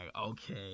okay